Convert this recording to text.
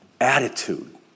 attitude